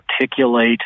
articulate